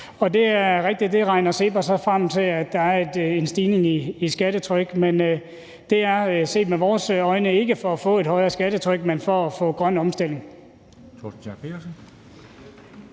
Det er rigtigt, at der regner CEPOS sig så frem til, at det giver en stigning i skattetrykket, men det er set med vores øjne ikke for at få et højere skattetryk, men for at få en grøn omstilling.